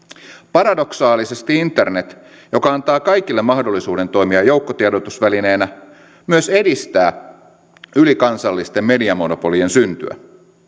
paradoksaalisesti internet joka antaa kaikille mahdollisuuden toimia joukkotiedotusvälineenä myös edistää ylikansallisten mediamonopolien syntyä